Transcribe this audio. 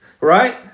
right